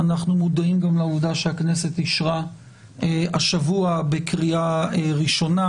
אנחנו מודעים גם לעובדה שהכנסת אישרה השבוע בקריאה ראשונה